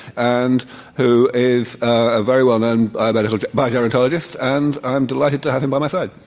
and who is a very well-known bio gerontologist. and i'm delighted to have him by my side.